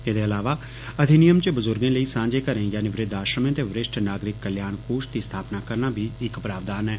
एदे इलावा अधिनियम च बजुर्गे लेई सांझे घरें यानि वृद्ध आश्रमें ते वरिष्ठ नागरिक कल्याण कोष दी स्थापना करना भी इक प्रावधान ऐ